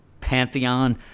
Pantheon